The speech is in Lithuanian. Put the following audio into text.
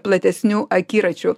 platesniu akiračiu